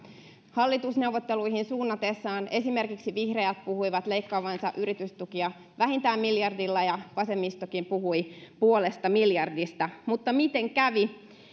hallitusneuvotteluihin suunnatessaan esimerkiksi vihreät puhuivat leikkaavansa yritystukia vähintään miljardilla ja vasemmistokin puhui puolesta miljardista mutta miten kävi